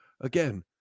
again